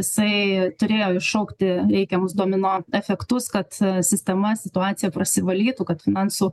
jisai turėjo iššaukti reikiamus domino efektus kad sistema situacija prasivalytų kad finansų